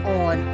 on